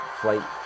flight